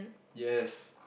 yes